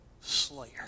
slayer